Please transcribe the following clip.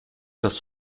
das